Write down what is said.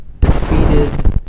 defeated